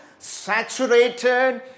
saturated